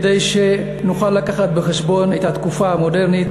כדי שנוכל להביא בחשבון את התקופה המודרנית